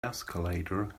escalator